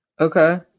Okay